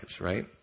right